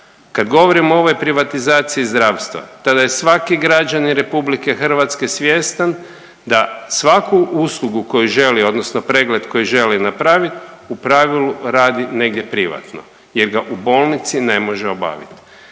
Kad govorim o ovoj privatizaciji zdravstva tada je svaki građanin RH svjestan da svaku uslugu koju želi odnosno pregled koji želi napraviti u pravilu radi negdje privatno jer ga u bolnici ne može obavit.